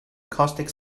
caustic